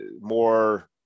more